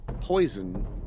poison